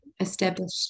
establish